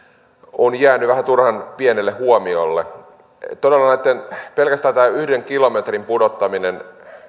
on jäänyt vähän turhan pienelle huomiolle todella pelkästään tämän yhden kilometrin pudottaminen